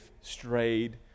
strayed